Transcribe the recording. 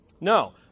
no